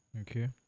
Okay